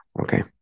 okay